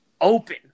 open